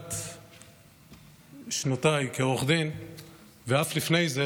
בתחילת שנותיי כעורך דין ואף לפני זה,